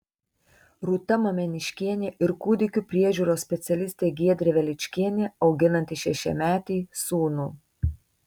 rūta mameniškienė ir kūdikių priežiūros specialistė giedrė veličkienė auginanti šešiametį sūnų